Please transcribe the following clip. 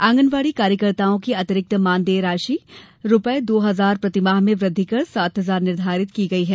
आंगनवाड़ी कार्यकर्ताओं की अतिरिक्त मानदेय राशि रूपये दो हजार प्रतिमाह में वृद्धि कर सात हजार निर्घारित की गई है